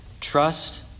trust